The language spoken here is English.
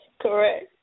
Correct